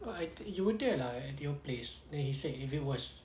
why you were there lah at your place then he said if it was